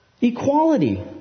Equality